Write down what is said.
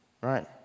Right